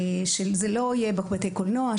שזה לא יהיה בבתי קולנוע,